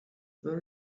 were